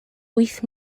wyth